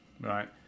right